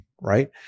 right